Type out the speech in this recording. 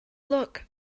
look